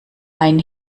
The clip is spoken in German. ein